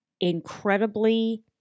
incredibly